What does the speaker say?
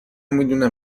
میدونم